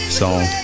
song